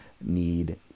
need